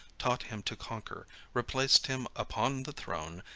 taught him to conquer, replaced him upon the throne,